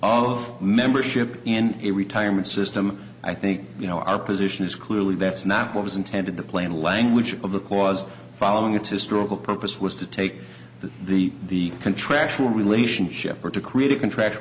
of membership in a retirement system i think you know our position is clearly that's not what was intended the plain language of the clause following its historical purpose was to take the contractual relationship or to create a contract